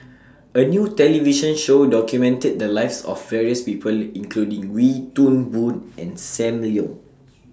A New television Show documented The Lives of various People including Wee Toon Boon and SAM Leong